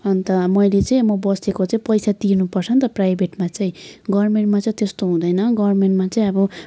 अन्त मैले चाहिँ म बसेको चाहिँ पैसा तिर्नुपर्छ नि त प्राइभेटमा चाहिँ गभर्मेन्टमा चाहिँ त्यस्तो हुँदैन गभर्मेन्टमा चाहिँ अब